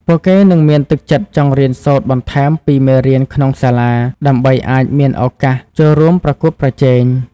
ពួកគេនឹងមានទឹកចិត្តចង់រៀនសូត្របន្ថែមពីមេរៀនក្នុងសាលា ដើម្បីអាចមានឱកាសចូលរួមប្រកួតប្រជែង។